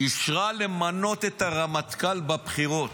אישרה למנות את הרמטכ"ל בבחירות.